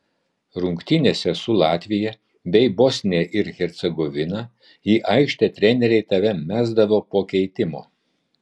rungtynėse su latvija bei bosnija ir hercegovina į aikštę treneriai tave mesdavo po keitimo